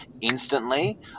instantly